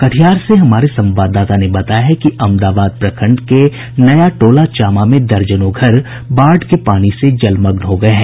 कटिहार से हमारे संवाददाता ने बताया है कि अमदाबाद प्रखंड के नयाटोला चामा में दर्जनों घर बाढ़ के पानी से जलमग्न हो गये हैं